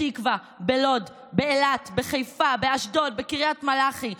ציון 60, 60, 60,